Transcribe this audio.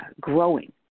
growing